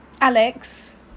Alex